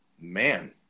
man